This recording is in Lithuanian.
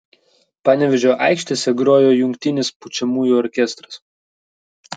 panevėžio aikštėse grojo jungtinis pučiamųjų orkestras